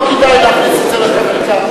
לא כדאי להכניס את זה לחקיקה.